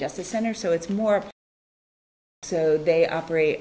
justice center so it's more so they operate